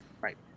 right